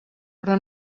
però